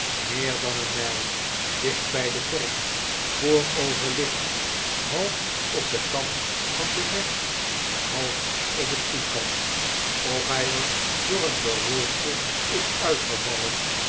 meer dan een mijl dicht bij de kerk vooroverliggend half op den kant van den weg en half op het voetpad of hij er door een beroerte is uitgevallen